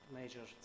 major